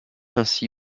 ainsi